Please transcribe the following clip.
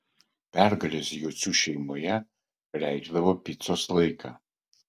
pergalės jocių šeimoje reikšdavo picos laiką